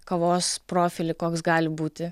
kavos profilį koks gali būti